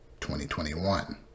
2021